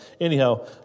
anyhow